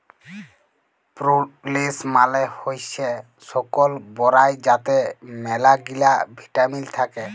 প্রুলেস মালে হইসে শুকল বরাই যাতে ম্যালাগিলা ভিটামিল থাক্যে